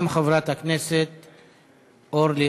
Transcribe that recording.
התשע"ד 2014, לדיון